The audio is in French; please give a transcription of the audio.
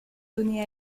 donné